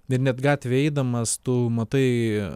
ir net gatvėj eidamas tu matai